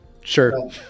Sure